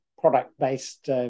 product-based